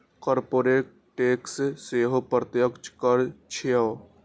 corporate tax सेहो प्रत्यक्ष कर छियै